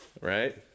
right